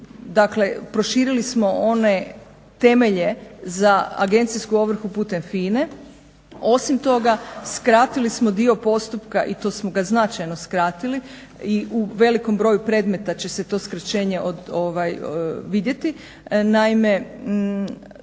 Dakle proširili smo one temelje za agencijsku ovrhu putem FINA-e, osim toga skratili smo dio postupka i to smo ga značajno skratili i u velikom broju predmeta će se to skraćenje vidjeti.